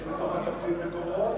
יש בתוך התקציב מקורות,